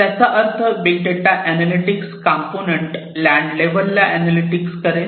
त्याचा अर्थ big data analytics component land level ला एनालॅटिक्स करेल